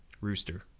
rooster